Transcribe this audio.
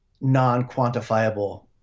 non-quantifiable